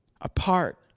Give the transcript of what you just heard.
apart